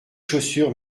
chaussures